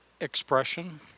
expression